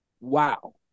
Wow